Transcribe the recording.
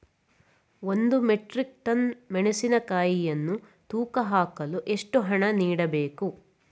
ಒಂದು metric tonne ಮೆಣಸಿನಕಾಯಿಯನ್ನು ತೂಕ ಹಾಕಲು ಎಷ್ಟು ಹಣ ನೀಡಬೇಕು?